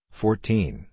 fourteen